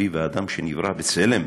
חביב האדם שנברא בצלם.